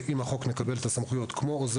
ואם החוק מקבל את הסמכויות כמו עוזר